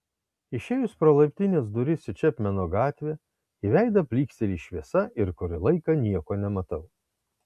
išėjus pro laiptinės duris į čepmeno gatvę į veidą plyksteli šviesa ir kurį laiką nieko nematau